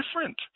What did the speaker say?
different